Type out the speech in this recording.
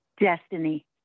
Destiny